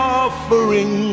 offering